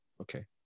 okay